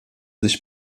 sich